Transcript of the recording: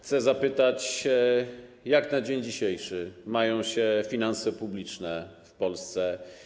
Chcę zapytać, jak na dzień dzisiejszy mają się finanse publiczne w Polsce.